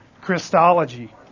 Christology